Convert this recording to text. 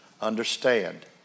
understand